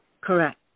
Correct